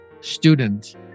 student